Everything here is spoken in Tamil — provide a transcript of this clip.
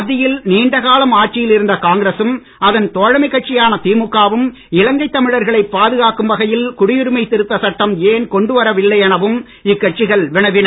மத்தியில் நீண்ட காலம் ஆட்சியில் இருந்த காங்கிரசும் அதன் தோழமைக் கட்சியான திமுக வும் இலங்கை தமிழர்களை பாதுகாக்கும் வகையில் குடியுரிமை திருத்தச் சட்டம் ஏன் கொண்டு வரவில்லை எனவும் இக்கட்சிகள் வினவின